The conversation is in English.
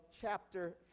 chapter